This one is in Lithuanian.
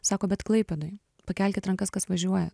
sako bet klaipėdoj pakelkit rankas kas važiuoja